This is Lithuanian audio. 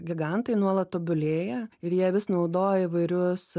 gigantai nuolat tobulėja ir jie vis naudoja įvairius